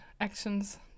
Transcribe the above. actions